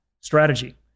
Strategy